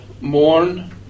mourn